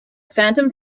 phantom